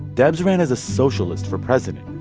debs ran as a socialist for president.